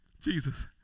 Jesus